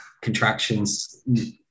contractions